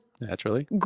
Naturally